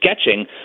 sketching